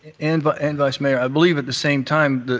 and but and vice mayor, i believe at the same time,